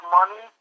money